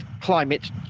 climate